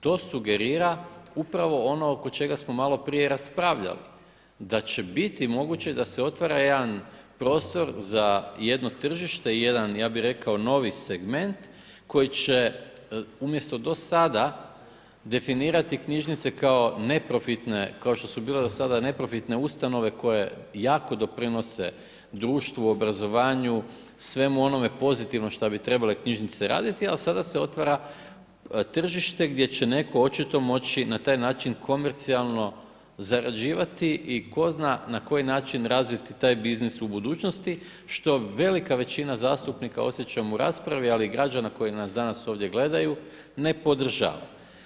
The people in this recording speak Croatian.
To sugerira upravo ono oko čega smo malo prije raspravljali, da će biti moguće i da se otvara jedan prostor za jedno tržište i jedan, ja bih rekao novi segment koji će umjesto do sada definirati knjižnice kao neprofitne, kao što su bile do sada neprofitne ustanove koje jako doprinose društvu, obrazovanju, svemu onome pozitivnom šta bi trebale knjižnice raditi, ali sada se otvara tržište gdje će netko očito moći na taj način komercijalno zarađivati i tko zna na koji način razviti taj biznis u budućnosti što velika većina zastupnika, osjećam u raspravi, ali i građana koji nas danas ovdje gledaju ne podržava.